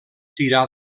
tirà